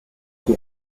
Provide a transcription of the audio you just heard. été